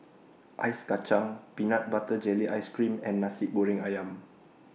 Ice Kacang Peanut Butter Jelly Ice Cream and Nasi Goreng Ayam